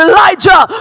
Elijah